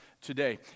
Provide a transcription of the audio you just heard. today